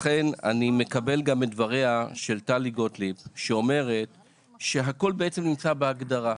לכן אני מקבל גם את דבריה של טלי גוטליב שאומרת שהכול נמצא בהגדרה,